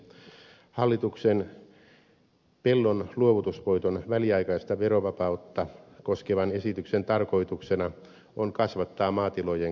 hallituksen pellon luovutusvoiton väliaikaista verovapautta koskevan esityksen tarkoituksena on kasvattaa maatilojen kokoa